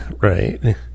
right